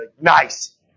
nice